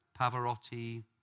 Pavarotti